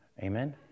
Amen